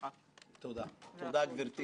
אני חייב להגיד,